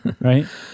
Right